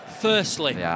firstly